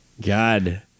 God